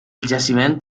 jaciment